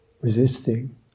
resisting